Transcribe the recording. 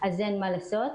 אז אין מה לעשות".